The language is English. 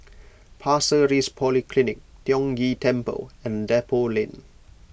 Pasir Ris Polyclinic Tiong Ghee Temple and Depot Lane